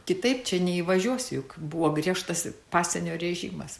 kitaip čia neįvažiuos juk buvo griežtas pasienio režimas